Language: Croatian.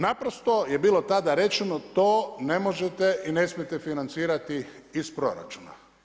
Naprosto je bilo tada rečeno to ne možete i ne smijete financirati iz proračuna.